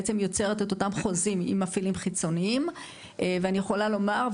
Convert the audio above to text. בעצם יוצרת את אותם חוזים עם מפעילים חיצוניים ואני יכולה לומר,